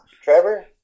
Trevor